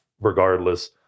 regardless